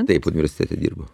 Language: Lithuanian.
taip universitete dirbu